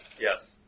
Yes